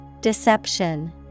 Deception